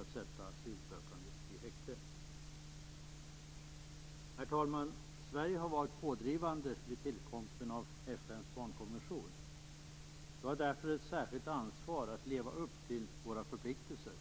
att sätta asylsökande i häkte. Herr talman! Sverige har varit pådrivande vid tillkomsten av FN:s barnkonvention. Vi i Sverige har därför ett särskilt ansvar för att leva upp till våra förpliktelser.